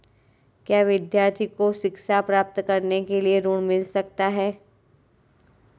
क्या विद्यार्थी को शिक्षा प्राप्त करने के लिए ऋण मिल सकता है?